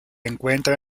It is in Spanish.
encuentra